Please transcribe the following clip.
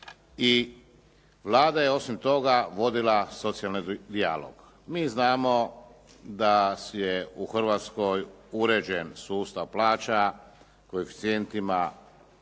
i Vlada je osim toga vodila socijalni dijalog. Mi znamo da je u Hrvatskoj uređen sustav plaća koeficijentima